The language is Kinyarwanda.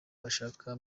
bashaka